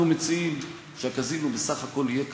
אנחנו מציעים שהקזינו בסך הכול יהיה קטר,